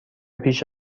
پیش